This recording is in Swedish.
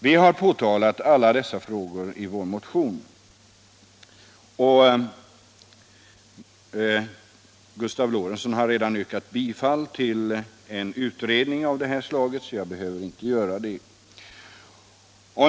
Vi har tagit upp alla dessa frågor i vår motion, och Gustav Loréntzon har redan yrkat bifall till förslaget om en utredning av den här typen, så jag behöver inte göra det.